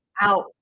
out